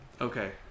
Okay